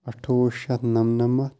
اَٹھووُہ شَتھ نَمنَمَتھ